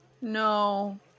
No